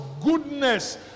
goodness